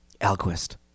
Alquist